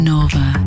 Nova